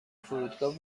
فرودگاه